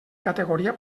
categoria